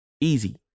Easy